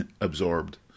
absorbed